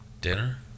Dinner